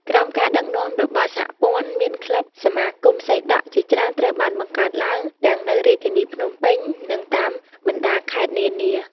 ក្រោមការដឹកនាំរបស់សហព័ន្ធ មាន ក្លឹប សមាគមសីដក់ ជាច្រើនត្រូវបានបង្កើតឡើងទាំងនៅរាជធានីភ្នំពេញ និងតាមបណ្ដាខេត្តនានា។